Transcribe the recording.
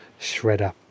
shredder